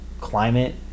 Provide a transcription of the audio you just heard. climate